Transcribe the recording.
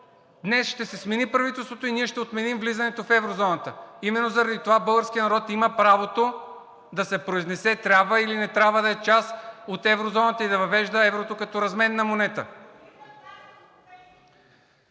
днес ще се смени правителството и ние ще отменим влизането в еврозоната. Именно заради това българският народ има правото да се произнесе – трябва или не трябва да е част от еврозоната и да въвежда еврото като разменна монета!